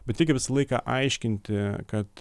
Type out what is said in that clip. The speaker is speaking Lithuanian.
bet reikia visą laiką aiškinti kad